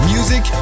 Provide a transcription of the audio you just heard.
Music